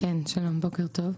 שלום, בוקר טוב.